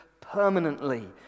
permanently